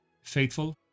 faithful